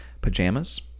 pajamas